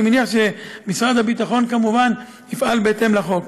אני מניח שמשרד הביטחון כמובן יפעל בהתאם לחוק.